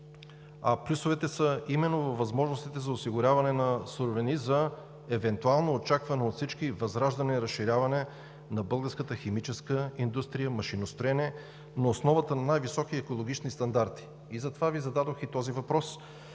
а плюсовете са именно във възможностите за осигуряване на суровини за евентуално очаквано от всички възраждане и разширяване на българската химическа индустрия, машиностроене на основата на най-високи екологични стандарти. Затова Ви зададох и този въпрос.